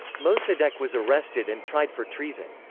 mosaddeq was arrested and tried for treason.